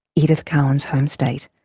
edith cowan's home state,